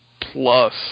plus